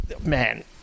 Man